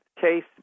case